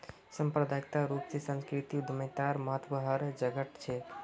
सांप्रदायिक रूप स सांस्कृतिक उद्यमितार महत्व हर जघट छेक